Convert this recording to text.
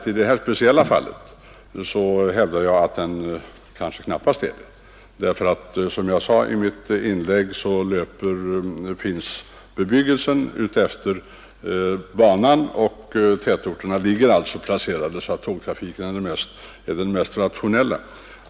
Men i detta speciella fall hävdar jag att den knappast är det. Som jag sade finns nämligen bebyggelsen utefter banan, och tätorterna ligger därför placerade så att tågtrafiken är den mest rationella.